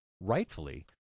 rightfully